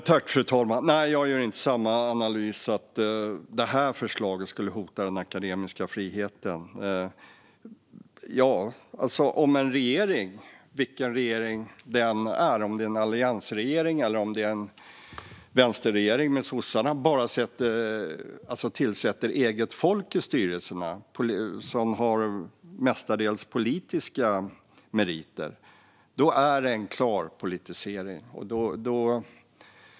Fru talman! Nej, jag gör inte samma analys att det här förslaget skulle hota den akademiska friheten. Oavsett om det är en alliansregering eller en vänsterregering med sossarna som bara tillsätter eget folk i styrelserna som mestadels har politiska meriter så är det en klar politisering.